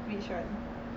which one